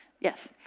Yes